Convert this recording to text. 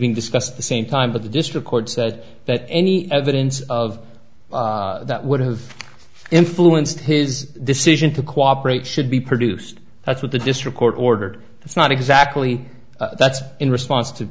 being discussed the same time but the district court said that any evidence of that would have influenced his decision to cooperate should be produced that's what the district court ordered that's not exactly that's in response to